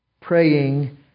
praying